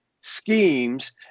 schemes